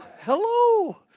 hello